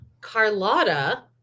Carlotta